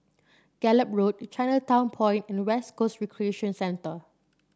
Gallop Road Chinatown Point and West Coast Recreation Centre